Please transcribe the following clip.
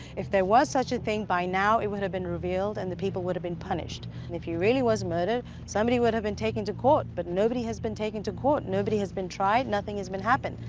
if there was such a thing, by now it would have been revealed and the people would have been punished. and if he really was murdered, somebody would have been taken to court, but nobody has been taken to court. nobody has been tried. nothing has happened,